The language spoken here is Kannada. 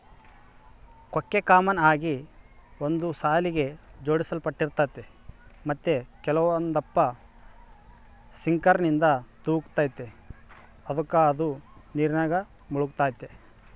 ಕೊಕ್ಕೆ ಕಾಮನ್ ಆಗಿ ಒಂದು ಸಾಲಿಗೆ ಜೋಡಿಸಲ್ಪಟ್ಟಿರ್ತತೆ ಮತ್ತೆ ಕೆಲವೊಂದಪ್ಪ ಸಿಂಕರ್ನಿಂದ ತೂಗ್ತತೆ ಅದುಕ ಅದು ನೀರಿನಾಗ ಮುಳುಗ್ತತೆ